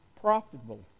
profitable